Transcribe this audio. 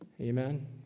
Amen